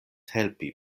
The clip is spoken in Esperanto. helpi